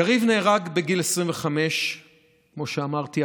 יריב נהרג בגיל 25. כמו שציינתי,